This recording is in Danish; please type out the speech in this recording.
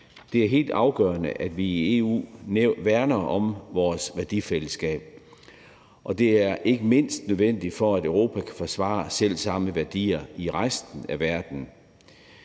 Det er helt afgørende, at vi i EU værner om vores værdifællesskab. Og det er ikke mindst nødvendigt for, at Europa kan forsvare selv samme værdier i resten af verden.